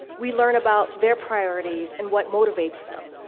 we learn about their priorities and what motivates them.